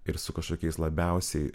ir su kažkokiais labiausiai